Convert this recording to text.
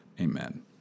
amen